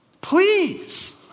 Please